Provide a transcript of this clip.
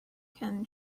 can